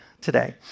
today